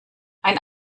ein